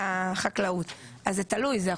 תלוי על איזה ענף אנחנו מדברים,